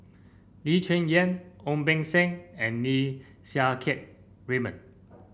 Lee Cheng Yan Ong Beng Seng and Lim Siang Keat Raymond